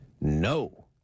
no